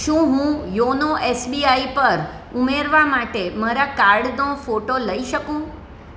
શું હું YONO SBI પર ઉમેરવા માટે મારા કાર્ડનો ફોટો લઈ શકું